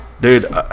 Dude